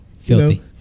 Filthy